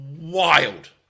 wild